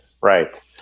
Right